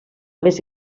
més